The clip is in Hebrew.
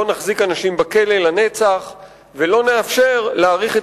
לא נחזיק אנשים בכלא לנצח ולא נאפשר להאריך את